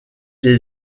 les